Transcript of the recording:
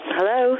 Hello